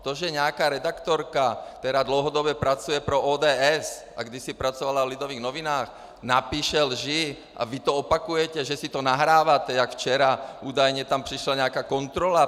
To, že nějaká redaktorka, která dlouhodobě pracuje pro ODS a kdysi pracovala v Lidových novinách, napíše lži a vy to opakujete, že si to nahráváte, jak včera údajně tam přišla nějaká kontrola.